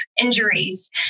injuries